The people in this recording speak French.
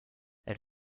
elle